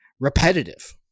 repetitive